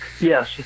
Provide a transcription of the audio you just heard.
Yes